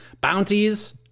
bounties